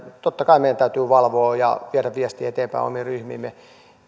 totta kai meidän täytyy valvoa ja viedä viestiä eteenpäin omiin ryhmiimme